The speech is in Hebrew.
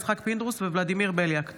יצחק פינדרוס וולדימיר בליאק בנושא: